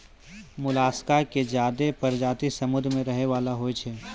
मोलसका के ज्यादे परजाती समुद्र में रहै वला होय छै